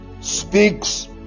speaks